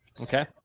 Okay